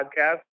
Podcast